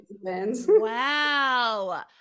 Wow